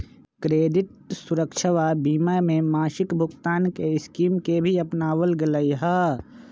credit सुरक्षवा बीमा में मासिक भुगतान के स्कीम के भी अपनावल गैले है